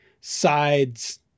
sides